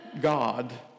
God